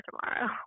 tomorrow